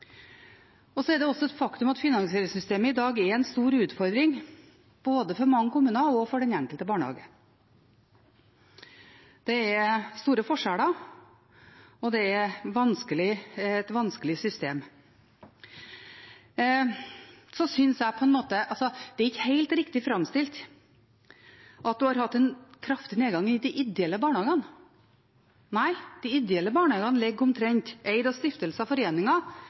Det er også et faktum at finansieringssystemet i dag er en stor utfordring, både for mange kommuner og for den enkelte barnehage. Det er store forskjeller, og det er et vanskelig system. Jeg synes ikke det er helt riktig framstilt at man har hatt en kraftig nedgang i de ideelle barnehagene. Nei, de ideelle barnehagene, eid av